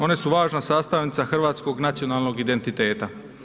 Ona su važna sastavnica hrvatskog nacionalnog identiteta.